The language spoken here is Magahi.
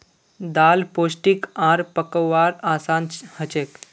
दाल पोष्टिक आर पकव्वार असान हछेक